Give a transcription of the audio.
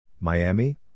Miami